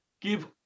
give